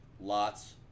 Lot's